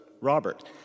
Robert